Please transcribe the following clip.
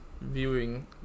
viewing